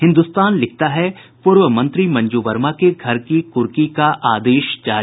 हिन्दुस्तान लिखता है पूर्व मंत्री मंजू वर्मा के घर की कुर्की का आदेश जारी